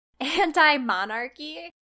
anti-monarchy